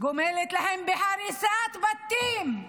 גומלת להם בהריסת בתים.